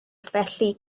felly